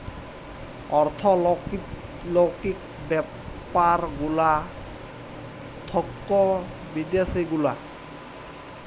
অর্থলৈতিক ব্যাপার গুলা থাক্যে বিদ্যাসি গুলা